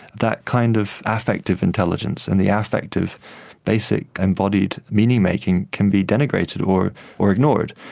that kind of affective intelligence and the affective basic embodied meaning-making can be denigrated or or ignored.